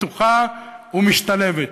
פתוחה ומשתלבת.